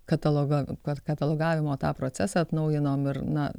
katalogą kad katalogavimo tą procesą atnaujinom ir na